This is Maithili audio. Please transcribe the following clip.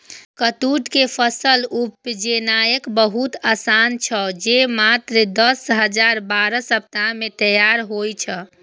कट्टू के फसल उपजेनाय बहुत आसान छै, जे मात्र दस सं बारह सप्ताह मे तैयार होइ छै